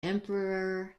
emperor